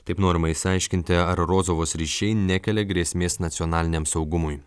taip norima išsiaiškinti ar rozovos ryšiai nekelia grėsmės nacionaliniam saugumui